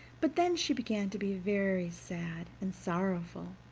but then she began to be very sad and sorrowful,